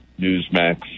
Newsmax